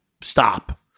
stop